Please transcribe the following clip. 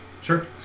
Sure